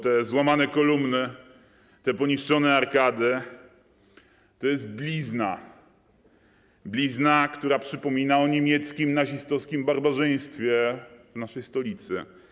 Te złamane kolumny, te poniszczone arkady to jest blizna, która przypomina o niemieckim nazistowskim barbarzyństwie w naszej stolicy.